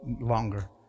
longer